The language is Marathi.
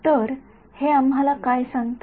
तर हे आम्हाला काय सांगते